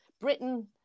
Britain